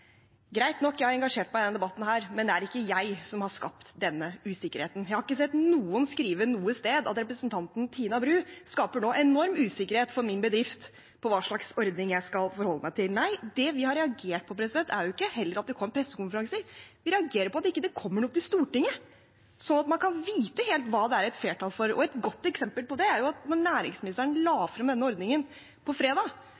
greit nok, jeg har engasjert meg i denne debatten, men det er ikke jeg som har skapt denne usikkerheten. Jeg har ikke sett noen skrive noe sted at representanten Tina Bru nå skaper enorm usikkerhet for deres bedrift, for hva slags ordning man skal forholde seg til. Det vi har reagert på, er heller ikke at det kommer pressekonferanser. Vi reagerer på at det ikke kommer noe til Stortinget, at man ikke helt kan vite hva det er flertall for. Et godt eksempel på det er at to dager etter at næringsministeren